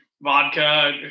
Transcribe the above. vodka